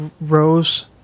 Rose